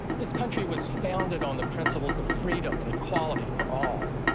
this country was founded on the principles of freedom and equality for all.